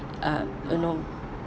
uh uh no